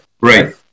Right